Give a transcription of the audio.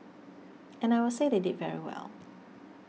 and I will say they did very well